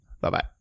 Bye-bye